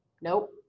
Nope